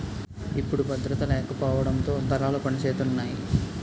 ఇప్పుడు భద్రత లేకపోవడంతో దళాలు పనిసేతున్నాయి